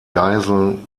geiseln